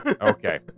Okay